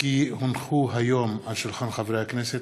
כי הונחו היום על שולחן הכנסת,